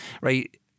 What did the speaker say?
right